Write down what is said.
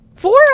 Four